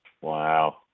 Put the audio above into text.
Wow